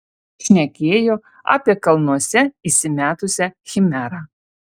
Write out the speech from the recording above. šnekėjo apie kalnuose įsimetusią chimerą